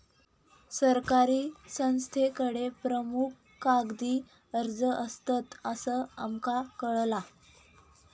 सरकारी संस्थांकडे प्रामुख्यान कागदी अर्ज असतत, असा आमका कळाला